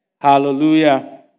Hallelujah